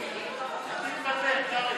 חמש דקות לרשותך, אדוני.